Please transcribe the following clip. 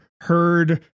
heard